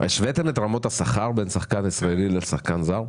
השוויתם את רמות השכר בין שחקן ישראלי לשחקן זר?